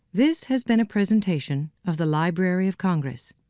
this has been a presentation of the library of congress.